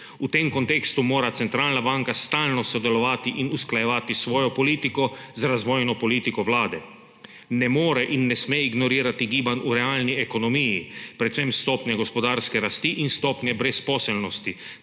V tem kontekstu mora centralna banka stalno sodelovati in usklajevati svojo politiko z razvojno politiko Vlade. Ne more in ne sme ignorirati gibanj v realni ekonomiji, predvsem stopnje gospodarske rasti in stopnje brezposelnosti,